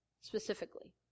specifically